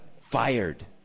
Fired